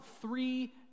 three